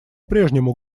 прежнему